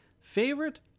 Favorite